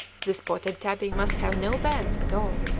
the spotted tabby must have no bands at all.